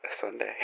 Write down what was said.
Sunday